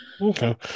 Okay